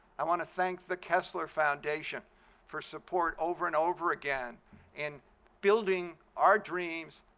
i want to thank the kessler foundation for support over and over again in building our dreams,